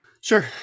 Sure